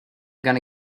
gonna